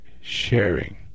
sharing